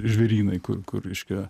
žvėrynai kur kur reiškia